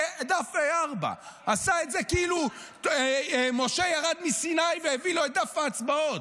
דף A4. עשה את זה כאילו משה ירד מסיני והביא לו את דף ההצבעות.